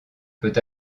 peut